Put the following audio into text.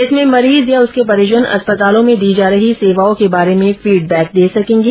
इसमें मरीज या उसके परिजन अस्पतालों में दी जा रही सेवाओं के बारे में फीडबैक दे सकेंगे